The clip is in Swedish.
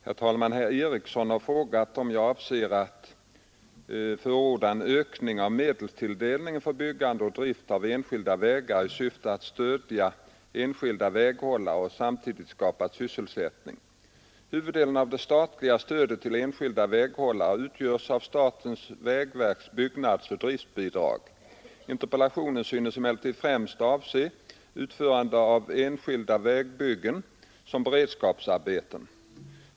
Herr talman! Herr Eriksson i Arvika har frågat, om jag avser att förorda en ökning av medelstilldelningen för byggande och drift av enskilda vägar i syfte att stödja enskilda väghållare och samtidigt skapa sysselsättning. Huvuddelen av det statliga stödet till enskilda väghållare utgörs av statens vägverks byggnadsoch driftbidrag. Interpellationen synes emellertid främst avse utförande av enskilda vägbyggen som beredskapsarbeten.